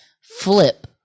flip